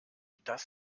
das